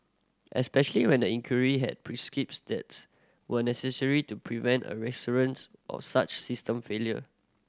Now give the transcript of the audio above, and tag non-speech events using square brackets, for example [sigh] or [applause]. especially when the inquiry had [unintelligible] steps were necessary to prevent a recurrence of such system failure